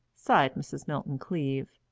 sighed mrs. milton-cleave,